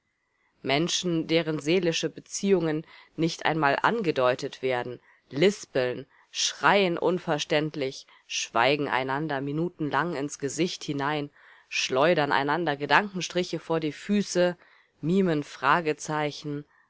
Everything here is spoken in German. menschen deren seelische beziehungen nicht einmal angedeutet werden lispeln schreien unverständlich schweigen einander minutenlang ins gesicht hinein schleudern einander gedankenstriche vor die füße mimen fragezeichen